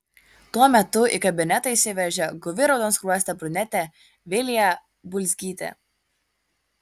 tuo metu į kabinetą įsiveržė guvi raudonskruostė brunetė vilija bulzgytė